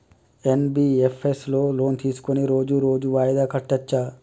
NBFS లో loan తీస్కొని రోజు రోజు వాయిదా కట్టచ్ఛా?